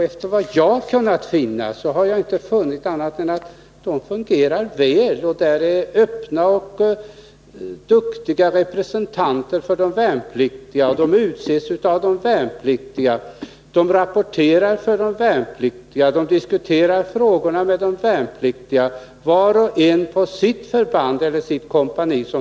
Efter vad jag har kunnat finna fungerar de väl. Där finns öppna och duktiga representanter för de värnpliktiga. De är utsedda av de värnpliktiga, de rapporterar till dem och de diskuterar frågorna med dem, var och en på sitt förband eller på sitt kompani.